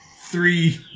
three